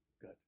Good